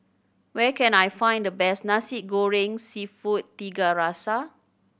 where can I find the best Nasi Goreng Seafood Tiga Rasa